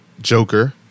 Joker